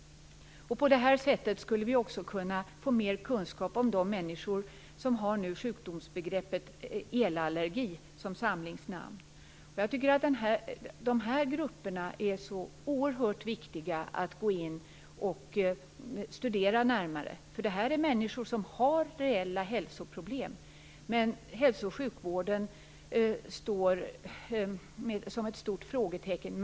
På samma sätt skulle vi också kunna få mer kunskap om människor som har de sjukdomar som går under samlingsnamnet elallergi. Jag tycker att det är oerhört viktigt att studera de här grupperna närmare. Det här är människor som har reella hälsoproblem, men hälso och sjukvården står som ett stort frågetecken inför dem.